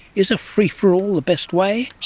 is a free-for-all the best way?